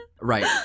Right